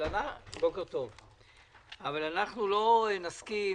אבל אנחנו לא נסכים